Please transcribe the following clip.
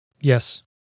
yes